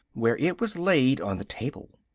where it was laid on the table.